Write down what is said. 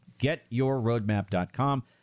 GetYourRoadmap.com